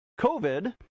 COVID